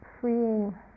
freeing